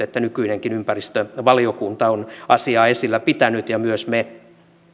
nykyinenkin ympäristövaliokunta on asiaa esillä pitänyt ja myös me